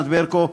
ענת ברקו,